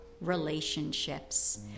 relationships